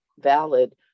valid